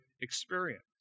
experience